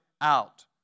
out